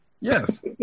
Yes